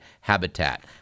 habitat